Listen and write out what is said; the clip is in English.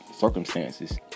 circumstances